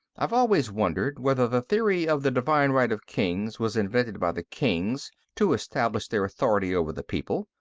i've always wondered whether the theory of the divine right of kings was invented by the kings, to establish their authority over the people,